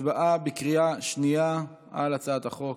הצבעה בקריאה שנייה על הצעת החוק.